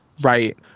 right